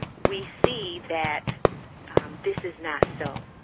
we see that this is not so.